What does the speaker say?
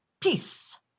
peace